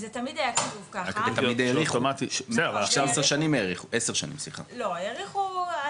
ו-10 שנים האריכו.